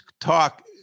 talk